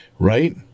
right